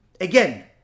Again